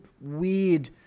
weird